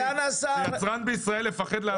יצרן בישראל יפחד לדבר?